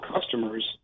customers